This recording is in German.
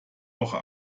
woche